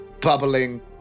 bubbling